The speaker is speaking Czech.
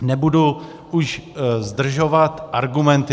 Nebudu už zdržovat argumenty.